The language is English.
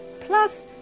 Plus